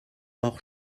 hors